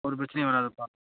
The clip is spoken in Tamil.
ஒரு பிரச்சனையும் வர்றாதுப்பா